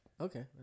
okay